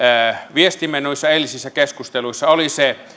viestimme noissa eilisissä keskusteluissa oli se